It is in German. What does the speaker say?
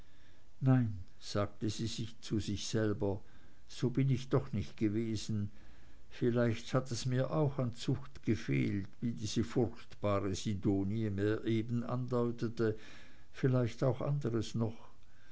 nein sagte sie zu sich selber so bin ich doch nicht gewesen vielleicht hat es mir auch an zucht gefehlt wie diese furchtbare sidonie mir eben andeutete vielleicht auch anderes noch